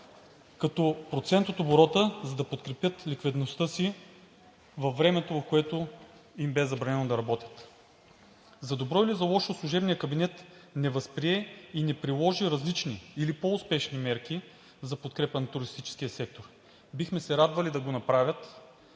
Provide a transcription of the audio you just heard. като процент от оборота, за да подкрепят ликвидността си във времето, в което им бе забранено да работят. За добро или за лошо, служебният кабинет не възприе и не приложи различни или по-успешни мерки за подкрепа на туристическия сектор. Бихме се радвали да го направят